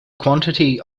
quantity